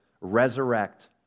resurrect